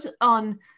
on